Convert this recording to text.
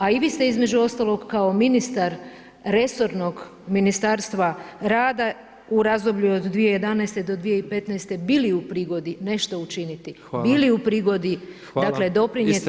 A i vi ste između ostalog kao ministar resornog Ministarstva rada u razdoblju od 2011. do 2015. bili u prigodi nešto učiniti, bili u prigodi dakle doprinijeti